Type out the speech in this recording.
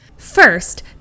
First